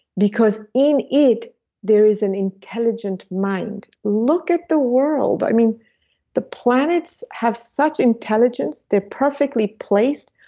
because in it there is an intelligent mind. look at the world, i mean the planets have such intelligence, they're perfectly placed,